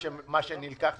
רק תגיד כן או לא.